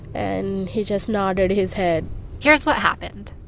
and he just nodded his head here's what happened.